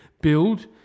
build